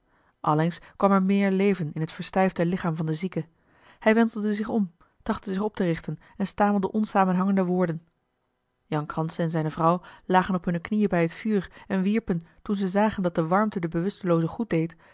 allengs kwam er meer leven in het verstijfde lichaam van den zieke hij wentelde zich om trachtte zich op te richten en stamelde onsamenhangende woorden jan kranse en zijne vrouw lagen op hunne knieën bij het vuur en wierpen toen ze zagen dat de warmte den bewustelooze goed